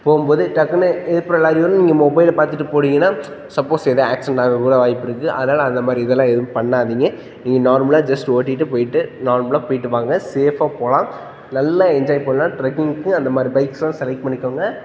போகும் போது டக்குனு எதுப்புற லாரி வரணும் நீங்கள் மொபைலை பார்த்துட்டு போனீங்கன்னா சப்போஸ் ஏதோ ஆக்சிடெண்ட் ஆகக் கூட வாய்ப்பிருக்குது அதனால் அந்த மாதிரி இதல்லாம் எதுவும் பண்ணாதீங்க நீங்கள் நார்மலாக ஜஸ்ட் ஓட்டிட்டுப் போய்ட்டு நார்மலாக போய்ட்டு வாங்க சேஃபாக போகலாம் நல்லா என்ஜாய் பண்ணலாம் ட்ரெக்கிங்குக்கு அந்த மாதிரி பைக்ஸுலாம் செலெக்ட் பண்ணிக்கோங்க